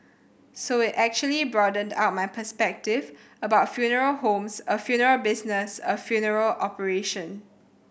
so it actually broadened out my perspective about funeral homes a funeral business a funeral operation